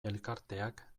elkarteak